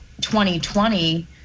2020